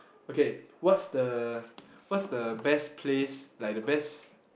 okay what's the what's the best place like the best